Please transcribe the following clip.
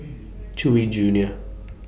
Chewy Junior